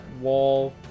wall